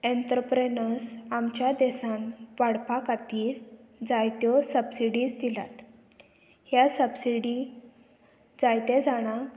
entrepreneurs आमच्या देसान वाडपा खातीर जायत्यो सबसिडीज दिलात ह्या सबसिडी जायते जाणांक